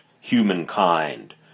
humankind